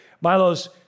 Milo's